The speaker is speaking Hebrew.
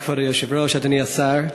כבוד היושב-ראש, אדוני השר,